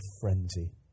frenzy